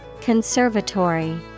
Conservatory